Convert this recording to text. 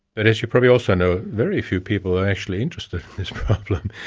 and as you probably also know, very few people are actually interested in this problem.